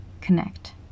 connect